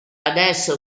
adesso